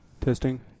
Testing